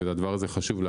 וחשוב שהדבר הזה ייאמר,